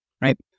right